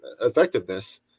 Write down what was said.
effectiveness